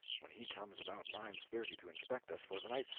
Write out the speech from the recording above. when he comes about nine-thirty to inspect us for the night,